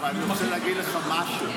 אבל אני רוצה להגיד לך משהו.